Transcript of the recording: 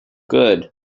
good